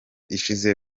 ishize